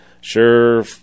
Sure